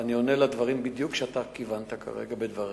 ואני עונה בדיוק על הדברים שאתה כיוונת אליהם כרגע בדבריך.